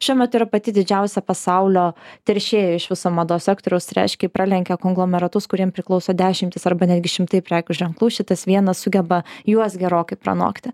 šiuo metu yra pati didžiausia pasaulio teršėja iš viso mados sektoriaus tai reiškia pralenkia konglomeratus kuriem priklauso dešimtys arba netgi šimtai prekių ženklų šitas vienas sugeba juos gerokai pranokti